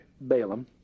Balaam